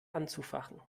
anzufachen